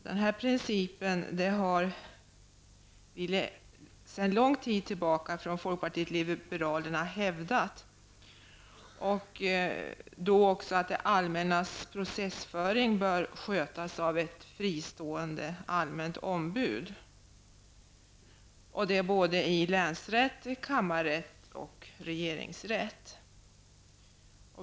Den principen har vi från folkpartiet liberalerna hävdat sedan lång tid tillbaka. Det allmännas processföring bör också skötas av ett fristående allmänt ombud i både länsrätt, kammarrätt och regeringsrätt.